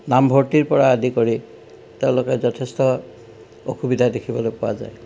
নামভৰ্তিৰপৰা আদি কৰি তেওঁলোকে যথেষ্ট অসুবিধা দেখিবলৈ পোৱা যায়